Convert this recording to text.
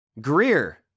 Greer